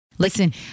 Listen